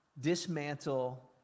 dismantle